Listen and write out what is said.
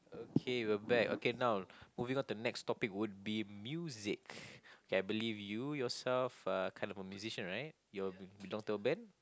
okay we're back okay now moving on to the next topic would be music K I believe you yourself uh kind of a musician right you belong to a band